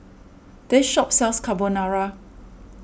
this shop sells Carbonara